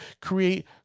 create